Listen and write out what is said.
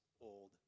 old